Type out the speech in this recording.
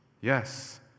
Yes